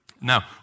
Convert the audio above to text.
Now